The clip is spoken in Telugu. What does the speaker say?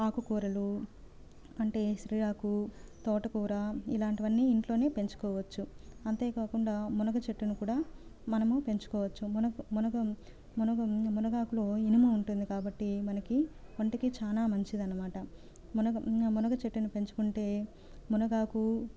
ఆకుకూరలు అంటే సిరిగాకు తోటకూర ఇలాంటివన్నీ ఇంట్లోనే పెంచుకోవచ్చు అంతేకాకుండా మునగచెట్టును కూడా మనము పెంచుకోవచ్చు మునగ మునగ మునగ మునగాకులో ఇనుము ఉంటుంది కాబట్టి మనకి ఒంటికి చాలా మంచిదన్నమాట మునగ మునగచెట్టుని పెంచుకుంటే మునగాకు